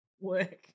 work